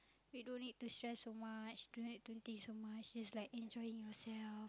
we don't need to stress so much don't need to think so much just like enjoying yourself